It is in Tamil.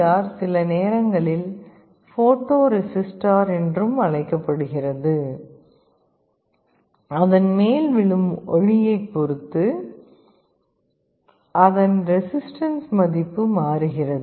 ஆர் சில நேரங்களில் போட்டோ ரெசிஸ்டார் என்றும் அழைக்கப்படுகிறது அதன் மேல் விழும் ஒளியை பொறுத்து அதன் ரெசிஸ்டன்ஸ் மதிப்பு மாறுகிறது